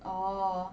orh